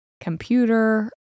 computer